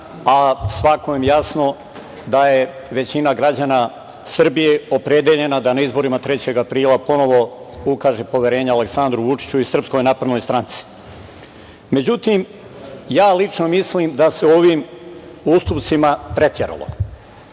a svakome je jasno da je većina građana Srbije opredeljena da na izborima, 3. aprila, ponovo ukaže poverenje Aleksandru Vučiću i SNS.Međutim, lično mislim da se u ovim postupcima preteralo.